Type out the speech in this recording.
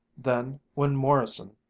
then when morrison,